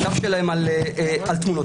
את הדף שלהם על אתר אינטרנט.